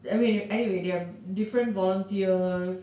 I mean anyway they have different volunteers